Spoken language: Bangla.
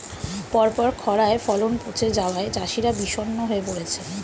পরপর খড়ায় ফলন পচে যাওয়ায় চাষিরা বিষণ্ণ হয়ে পরেছে